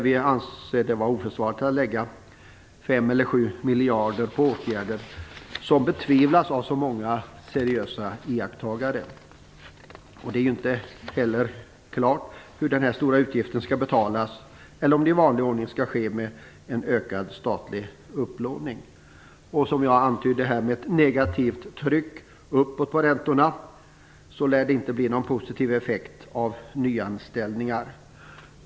Vi anser att det är oförsvarligt att lägga 5 eller 7 miljarder på åtgärder som betvivlas av så många seriösa iakttagare. Det är inte heller klart hur den här stora utgiften skall betalas, om det i vanlig ordning skall ske med en ökad statlig upplåning. Med ett negativt tryck uppåt på räntorna lär det inte bli någon positiv effekt av nyanställningar.